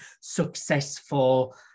successful